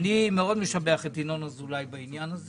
אני מאוד משבח את ינון אזולאי בעניין הזה